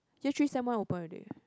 year three sem one open already